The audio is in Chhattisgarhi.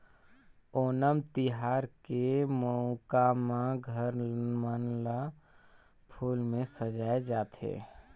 ओनम तिहार के मउका में घर मन ल फूल में सजाए जाथे